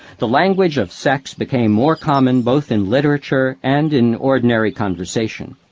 the language of sex became more common both in literature and in ordinary conversation.